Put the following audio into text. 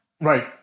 Right